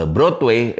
Broadway